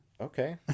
Okay